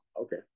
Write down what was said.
Okay